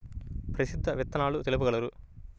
ప్రసిద్ధ విత్తనాలు తెలుపగలరు?